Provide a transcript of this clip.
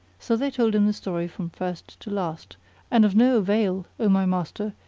so they told him the story from first to last and of no avail, o my master,